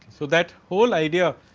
so, that whole idea,